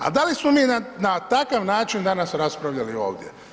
A da li smo mi na takav način danas raspravljali ovdje?